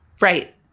Right